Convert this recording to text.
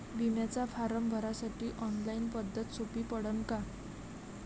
बिम्याचा फारम भरासाठी ऑनलाईन पद्धत सोपी पडन का?